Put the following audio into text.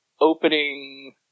opening